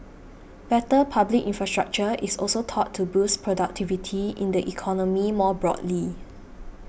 better public infrastructure is also thought to boost productivity in the economy more broadly